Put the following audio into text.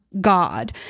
God